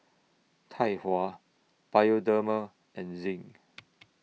Tai Hua Bioderma and Zinc